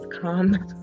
come